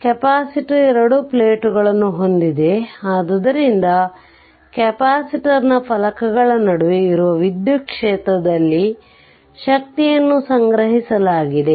capacitor ಎರಡು plate ಗಳನ್ನು ಹೊಂದಿದೆ ಆದ್ದರಿಂದ ಕೆಪಾಸಿಟರ್ನ ಫಲಕಗಳ ನಡುವೆ ಇರುವ ವಿದ್ಯುತ್ ಕ್ಷೇತ್ರದಲ್ಲಿ ಶಕ್ತಿಯನ್ನು ಸಂಗ್ರಹಿಸಲಾಗಿದೆ